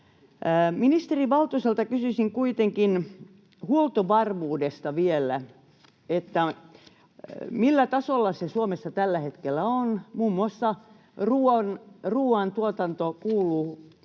Ministeri Valtoselta kysyisin kuitenkin vielä huoltovarmuudesta: millä tasolla se Suomessa tällä hetkellä on? Muun muassa ruuantuotanto kuuluu